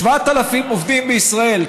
כ-7,000 עובדים בישראל,